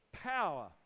power